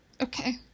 Okay